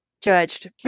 judged